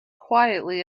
quietly